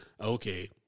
Okay